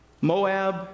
Moab